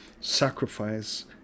sacrifice